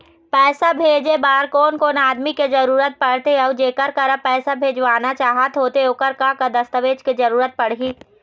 पैसा भेजे बार कोन कोन आदमी के जरूरत पड़ते अऊ जेकर करा पैसा भेजवाना चाहत होथे ओकर का का दस्तावेज के जरूरत पड़ही?